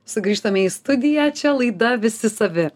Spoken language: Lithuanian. sugrįžtame į studiją čia laida visi savi